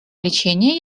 лечения